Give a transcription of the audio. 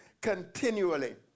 continually